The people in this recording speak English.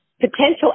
potential